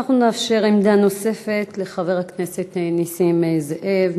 אנחנו נאפשר עמדה נוספת לחבר הכנסת נסים זאב,